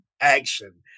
action